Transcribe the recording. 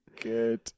good